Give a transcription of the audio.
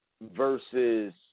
versus